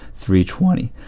320